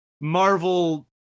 marvel